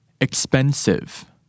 Expensive